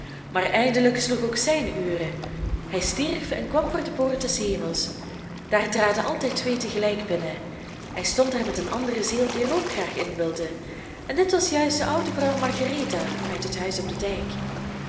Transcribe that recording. maar eindelijk sloeg ook zijn ure hij stierf en kwam voor de poort des hemels daar traden altijd twee te gelijk binnen hij stond daar met een andere ziel die er ook graag in wilde en dit was juist de oude vrouw margaretha uit het huis op den dijk